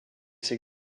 ses